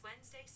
Wednesday